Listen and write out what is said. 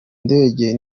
ndege